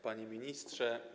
Panie Ministrze!